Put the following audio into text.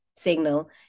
signal